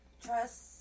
Trust